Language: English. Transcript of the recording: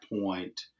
point